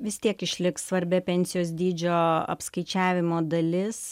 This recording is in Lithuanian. vis tiek išliks svarbia pensijos dydžio apskaičiavimo dalis